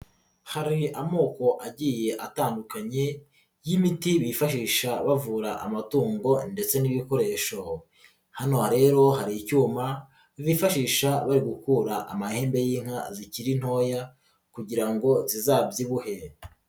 Hari amoko agiye atandukanye y'imiti bifashisha bavura amatungo ndetse n'ibikoresho, hano rero hari icyuma bifashisha bari gukura amahembe y'inka zikiri ntoya kugira ngo bizabyibuhe.